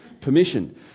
permission